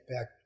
back